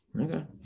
Okay